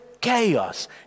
chaos